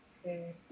Okay